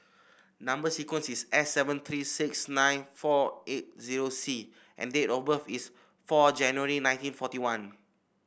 number sequence is S seven three six nine four eight zero C and date of birth is four January nineteen forty one